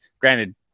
Granted